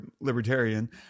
libertarian